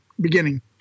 beginning